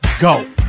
go